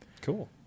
cool